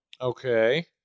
okay